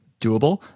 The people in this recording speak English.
doable